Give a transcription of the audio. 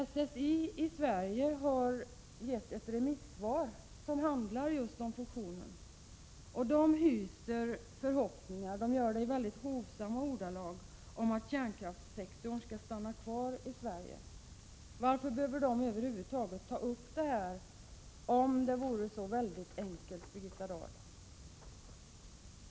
SSI i Sverige har avgivit ett remissvar i fusionsfrågan och framför där i mycket hovsamma ordalag förhoppningar om att kärnkraftsdivisionen skall stanna kvar i Sverige. Varför skulle SSI över huvud taget ta upp den frågan, om den vore så väldigt enkel, Birgitta Dahl?